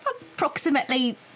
Approximately